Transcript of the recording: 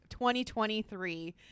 2023